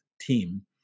team